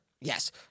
Yes